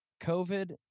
COVID